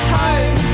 home